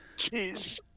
Jeez